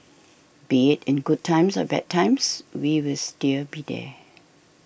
be it in good times or bad times we will still be here